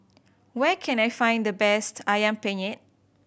where can I find the best Ayam Penyet